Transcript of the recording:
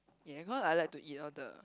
yea cause I like to eat all the